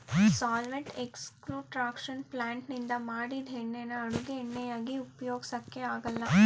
solvent extraction ಪ್ಲಾಂಟ್ನಿಂದ ಮಾಡಿದ್ ಎಣ್ಣೆನ ಅಡುಗೆ ಎಣ್ಣೆಯಾಗಿ ಉಪಯೋಗ್ಸಕೆ ಆಗಲ್ಲ